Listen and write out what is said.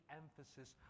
emphasis